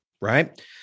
right